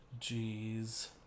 jeez